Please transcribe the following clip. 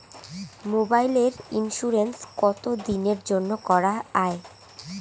মোবাইলের ইন্সুরেন্স কতো দিনের জন্যে করা য়ায়?